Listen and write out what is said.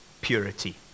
purity